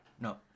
no